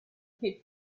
keep